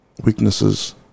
weaknesses